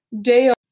Dale